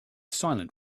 silent